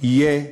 יהיה קבר.